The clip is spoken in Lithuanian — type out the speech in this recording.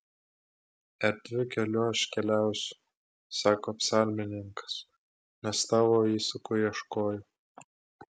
erdviu keliu aš keliausiu sako psalmininkas nes tavo įsakų ieškojau